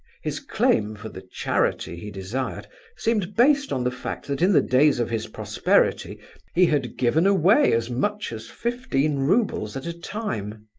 his claim for the charity he desired seemed based on the fact that in the days of his prosperity he had given away as much as fifteen roubles at a time.